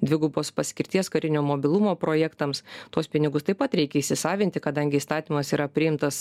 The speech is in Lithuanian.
dvigubos paskirties karinio mobilumo projektams tuos pinigus taip pat reikia įsisavinti kadangi įstatymas yra priimtas